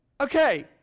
okay